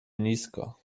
nisko